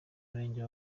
murenge